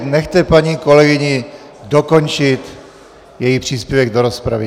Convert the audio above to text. Nechte paní kolegyni dokončit její příspěvek do rozpravy!